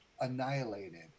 annihilated